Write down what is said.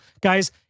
guys